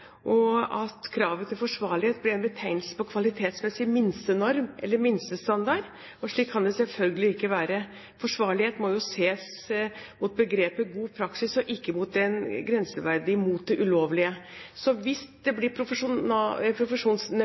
og om hvorvidt kravet til forsvarlighet blir en betegnelse på en kvalitetsmessig minstenorm, eller minstestandard. Slik kan det selvfølgelig ikke være. Forsvarlighet må ses mot begrepet «god praksis» og ikke mot en grenseverdi mot det ulovlige. Hvis det blir